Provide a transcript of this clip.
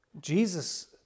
Jesus